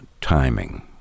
timing